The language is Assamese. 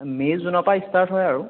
মে' জুনৰ পৰা ষ্টাৰ্ট হয় আৰু